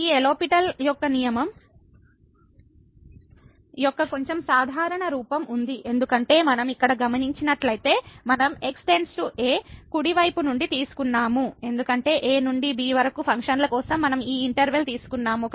ఈ లో పిటెల్LHopitals rules యొక్క నియమం యొక్క కొంచెం సాధారణ రూపం ఉంది ఎందుకంటే మనం ఇక్కడ గమనించినట్లయితే మనం x → a ను కుడి వైపు నుండి తీసుకున్నాము ఎందుకంటే a నుండి b వరకు ఫంక్షన్ల కోసం మనం ఈ ఇంటర్వెల్ తీసుకున్నాము